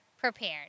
Prepared